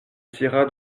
tira